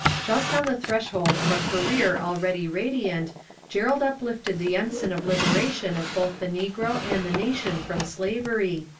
just on the threshold of a career already radiant gerald uplifted the ensign of liberation of both the negro and the nation from slavery,